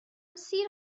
سیر